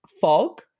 fog